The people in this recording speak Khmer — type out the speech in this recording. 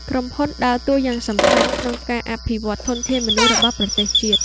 ក្រុមហ៊ុនដើរតួយ៉ាងសំខាន់ក្នុងការអភិវឌ្ឍធនធានមនុស្សរបស់ប្រទេសជាតិ។